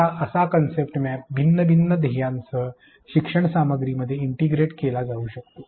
आता असा concept map भिन्न शिक्षण ध्येयांसह शिक्षण सामग्रीमध्ये इंटिग्रेट केला जाऊ शकतो